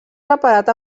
reparat